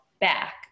back